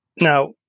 Now